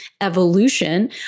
evolution